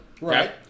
Right